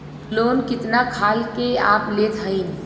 Loan कितना खाल के आप लेत हईन?